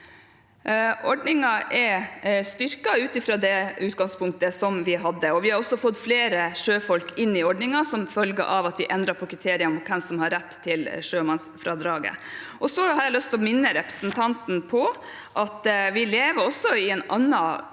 Ord- ningen er styrket ut fra det utgangspunktet vi hadde. Vi har også fått flere sjøfolk inn i ordningen som følge av at vi endret kriteriene for hvem som har rett til sjømannsfradraget. Jeg har lyst til å minne representanten om at vi lever i en annen